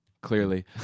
clearly